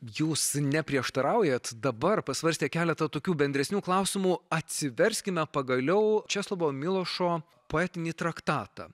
jūs neprieštaraujat dabar pasvarstę keletą tokių bendresnių klausimų atsiverskime pagaliau česlovo milošo poetinį traktatą